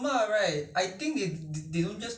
from the N_T_U_C or market ya